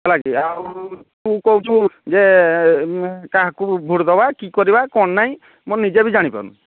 ହେଲା କି ଆଉ ତୁ କହୁଛୁ ଯେ କାହାକୁ ଭୋଟ୍ ଦେବା କି କରିବା କ'ଣ ନାହିଁ ମୁଁ ନିଜେ ବି ଜାଣିପାରୁନି